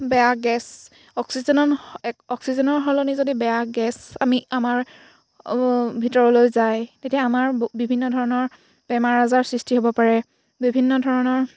বেয়া গেছ অক্সিজেনৰ এক অক্সিজেনৰ সলনি যদি বেয়া গেছ আমি আমাৰ ভিতৰলৈ যায় তেতিয়া আমাৰ বিভিন্ন ধৰণৰ বেমাৰ আজাৰ সৃষ্টি হ'ব পাৰে বিভিন্ন ধৰণৰ